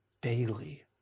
daily